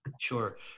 Sure